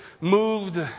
moved